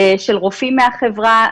של רופאים מהחברה,